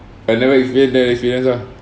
but never experience then experience lah